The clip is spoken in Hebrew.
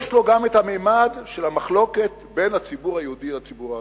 יש לו גם הממד של המחלוקת בין הציבור היהודי לציבור הערבי.